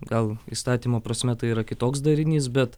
gal įstatymo prasme tai yra kitoks darinys bet